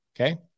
okay